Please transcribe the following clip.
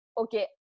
okay